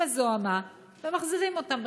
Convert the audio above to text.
עם הזוהמה, ומחזירים אותם בחזרה,